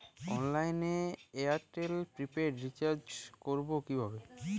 অনলাইনে এয়ারটেলে prepaid recharge করবো কিভাবে?